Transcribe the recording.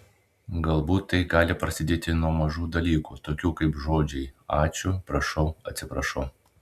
galbūt tai gali prasidėti nuo mažų dalykų tokių kaip žodžiai ačiū prašau atsiprašau